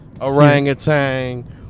Orangutan